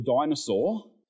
dinosaur